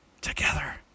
together